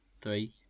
three